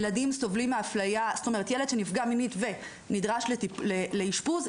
ילד שנפגע מינית ונדרש לאשפוז,